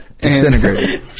Disintegrated